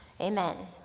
Amen